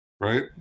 right